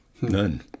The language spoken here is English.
None